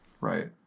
right